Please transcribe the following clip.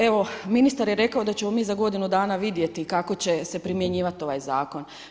Evo ministar je rekao da ćemo mi za godinu dana vidjeti kako će se primjenjivati ovaj zakon.